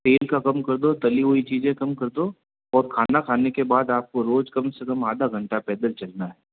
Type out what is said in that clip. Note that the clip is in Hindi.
तेल का कम कर दो तली हुई चीज़ें कम कर दो और खाना खाने के बाद आपको रोज कम से कम आधा घंटा पैदल चलना है